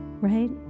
Right